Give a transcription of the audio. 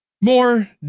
More